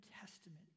Testament